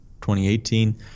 2018